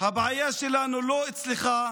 הבעיה שלנו לא אצלך,